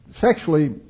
sexually